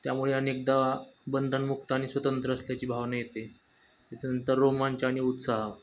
त्यामुळे अनेकदा बंधनमुक्त आणि स्वतंत्र असल्याची भावना येते त्याच्यानंतर रोमांच आणि उत्साह